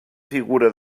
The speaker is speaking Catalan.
figura